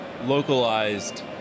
localized